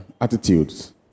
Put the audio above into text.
attitudes